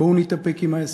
בואו נתאפק עם האס.אם.אס,